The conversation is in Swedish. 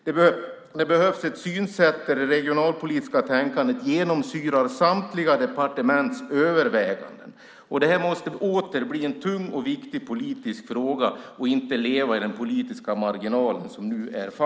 Det behövs ett synsätt där det regionalpolitiska tänkandet genomsyrar samtliga departements överväganden. Det måste åter bli en tung och viktig politisk fråga som inte lever i den politiska marginalen som den gör nu.